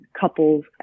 couples